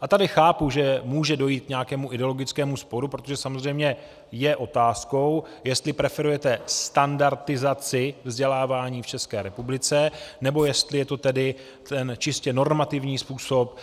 A tady chápu, že může dojít k nějakému ideologickému sporu, protože samozřejmě je otázkou, jestli preferujete standardizaci vzdělávání v České republice, nebo jestli je to tedy ten čistě normativní způsob,